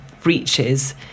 breaches